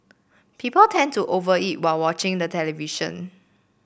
people tend to over eat while watching the television